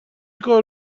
کار